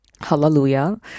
hallelujah